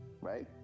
right